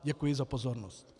Děkuji za pozornost.